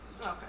Okay